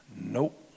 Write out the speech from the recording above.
Nope